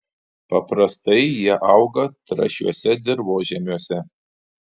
paprastai jie auga trąšiuose dirvožemiuose